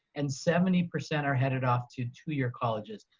and seventy percent are headed off to two-year colleges.